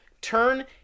turn